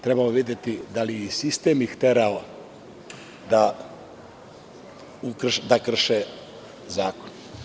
Trebalo bi videti da li ih sistem terao da krše zakon.